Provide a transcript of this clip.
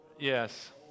Yes